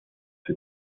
für